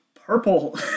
purple